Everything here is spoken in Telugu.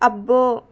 అబ్బో